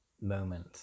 moment